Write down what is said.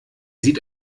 sieht